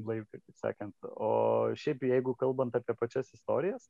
blaiviai taip sakant o šiaip jeigu kalbant apie pačias istorijas